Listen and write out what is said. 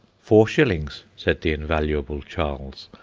four shillings, said the invaluable charles.